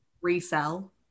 resell